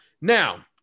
now